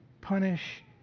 punish